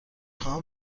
خواهم